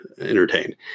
entertained